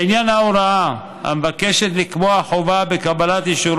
לעניין ההוראה המבקשת לקבוע חובה של קבלת אישור